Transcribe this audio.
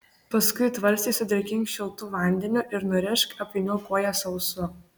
paskui tvarstį sudrėkink šiltu vandeniu ir nurišk apvyniok koją sausu